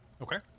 Okay